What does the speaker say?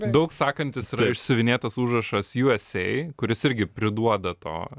daug sakantis yra išsiuvinėtas užrašas usa kuris irgi priduoda to